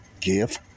give